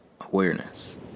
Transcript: awareness